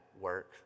work